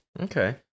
Okay